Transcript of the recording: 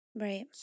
Right